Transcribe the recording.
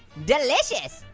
delicious.